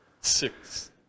six